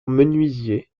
menuisier